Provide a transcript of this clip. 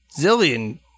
Zillion